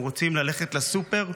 הם רוצים ללכת לסופר,